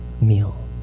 meal